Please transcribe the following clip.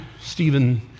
Stephen